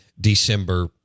December